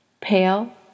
Pale